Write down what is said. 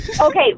okay